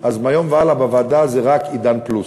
אז מהיום והלאה בוועדה זה רק "עידן פלוס".